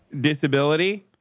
disability